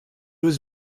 was